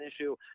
issue